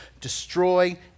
destroy